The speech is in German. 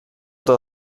der